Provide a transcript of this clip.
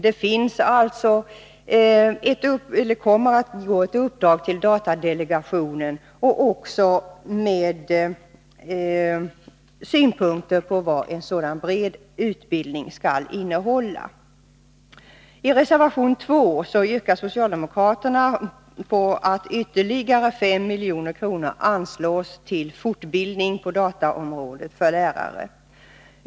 Det kommer alltså att gå ett uppdrag till datadelegationen, med synpunkter på vad en sådan bred utbildning skall innehålla. I reservation 2 yrkar socialdemokraterna att ytterligare 5 milj.kr. anslås till fortbildning på dataområdet för lärare.